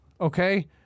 okay